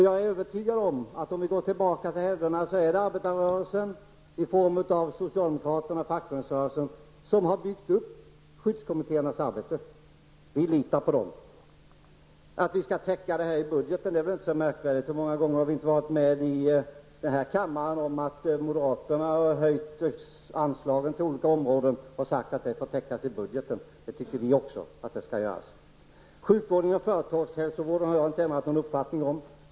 Jag är övertygad om att om vi går tillbaka i tiden och tittar så finner vi att det är arbetarrörelsen i form av socialdemokratin och fackföreningsrörelsen som har byggt upp skyddskommittéernas arbete. Vi litar på dem. Att vi skall täcka detta i budgeten är inte så märkvärdigt. Hur många gånger har vi inte varit med i denna kammare om att moderaterna har sagt när man höjt anslagen på olika områden att det får täckas i budgeten. Det tycker vi också. Beträffande sjukvården och företagshälsovården har jag inte ändrat uppfattning.